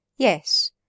Yes